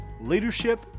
Leadership